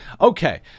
Okay